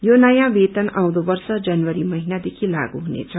यो नयाँ वेतन आउँदो वर्ष जनवशी महिनादेखि लागु हुनेछ